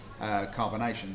carbonation